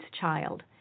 child